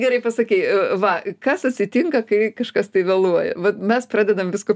gerai pasakei va kas atsitinka kai kažkas tai vėluoja vat mes pradedam visko